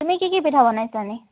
তুমি কি কি পিঠা বনাইছা এনেই